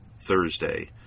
Thursday